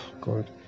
God